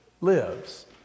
lives